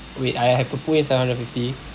wait I have to put in seven hundred fifty